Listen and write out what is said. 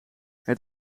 het